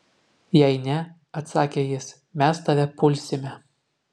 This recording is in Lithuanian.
jei ne atsakė jis mes tave pulsime